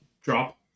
drop